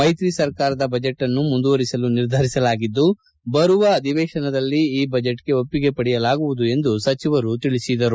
ಮೈತ್ರಿ ಸರ್ಕಾರದ ಬಜೆಟ್ನ್ನು ಮುಂದುವರೆಸಲು ನಿರ್ಧರಿಸಲಾಗಿದ್ದು ಬರುವ ಅಧಿವೇಶನದಲ್ಲಿ ಈ ಬಜೆಟ್ ಗೆ ಒಪ್ಪಿಗೆ ಪಡೆಯಲಾಗುವುದು ಎಂದು ಅವರು ತಿಳಿಸಿದರು